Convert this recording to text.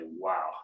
wow